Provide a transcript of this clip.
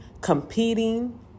competing